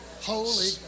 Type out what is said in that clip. Holy